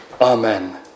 Amen